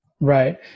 right